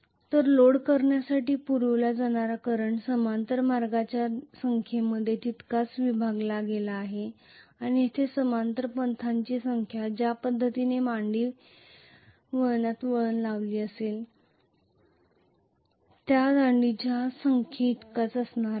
तर लोड करण्यासाठी पुरविला जाणारा करंट समांतर मार्गांच्या संख्येमध्ये तितकाच विभागला गेला आहे आणि येथे समांतर पथांची संख्या ज्या पद्धतीने मांडी वळणात लावली जाते त्या दांडीच्या संख्येइतकीच असणार आहे